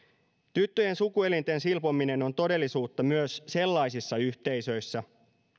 tyttöjen sukuelinten silpominen on todellisuutta myös sellaisissa yhteisöissä